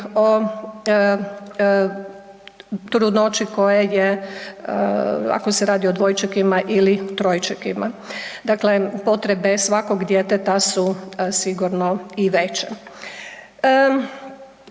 o trudnoći koja je ako se radi o dvojčekima ili trojčekima, dakle potrebe svakog djeteta su sigurno i veće.